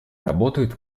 работает